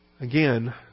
again